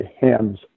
hands